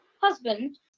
Husband